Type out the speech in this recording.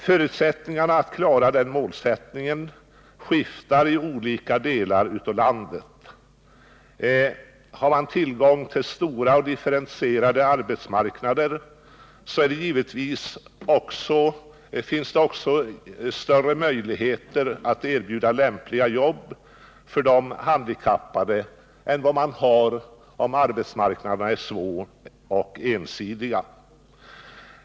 Förutsättningarna för att klara målsättningen skiftar i olika delar av landet. Har man tillgång till stora och differentierade arbetsmarknader, så finns det givetvis också större möjligheter att erbjuda lämpliga jobb för de handikappade än vad man har om arbetsmarknaderna är små och ensidiga.